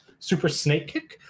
@Supersnakekick